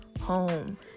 home